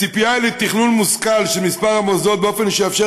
הציפייה לתכנון מושכל של מספר המוסדות באופן שיאפשר